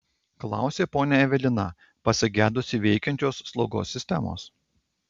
klausė ponia evelina pasigedusi veikiančios slaugos sistemos